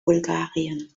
bulgarien